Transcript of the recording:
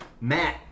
Matt